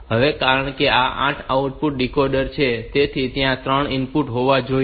હવે કારણ કે આ 8 આઉટપુટ ડીકોડર છે તેથી ત્યાં 3 ઇનપુટ હોવા જોઈએ